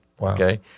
okay